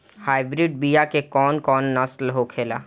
Hybrid बीया के कौन कौन नस्ल होखेला?